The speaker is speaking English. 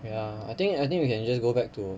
ya I think I think you can just go back to